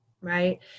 right